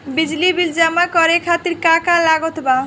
बिजली बिल जमा करे खातिर का का लागत बा?